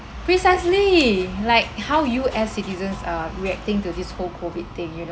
precisely like how U_S citizens are reacting to this whole COVID thing you know